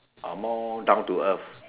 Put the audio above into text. are more down to earth